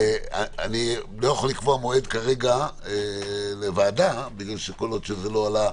אני לא יכול לקבוע מועד לוועדה כל עוד זה לא עלה.